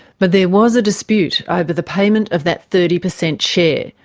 but there was a dispute over the payment of that thirty percent share.